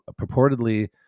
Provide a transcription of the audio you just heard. purportedly